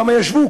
כמה ישבו,